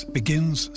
begins